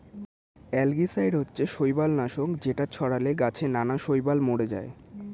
algicide হচ্ছে শৈবাল নাশক যেটা ছড়ালে গাছে নানা শৈবাল মরে যায়